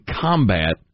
combat